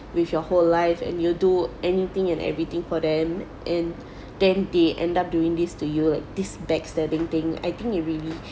with your whole life and you do anything and everything for them and then they end up doing this to you like this backstabbing thing I think it really